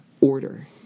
order